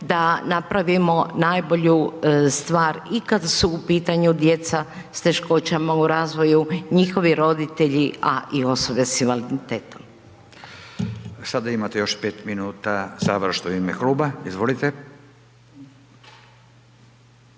da napravimo najbolju stvar ikad su u pitanju djeca s teškoćama u razvoju, njihovi roditelji, a i osobe s invaliditetom. **Radin, Furio (Nezavisni)** Sada imate